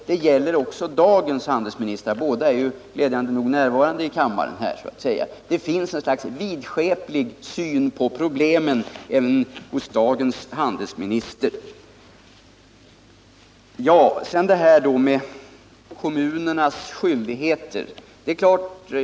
Den gäller också dagens handelsminister — båda är, glädjande nog, närvarande i kammaren. Det finns en slags vidskeplig syn på problemen även hos dagens handelsminister. Sedan vill jag beröra frågan om kommunernas skyldigheter.